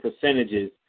percentages